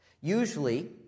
Usually